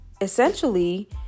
essentially